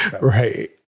Right